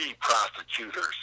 prosecutors